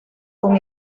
con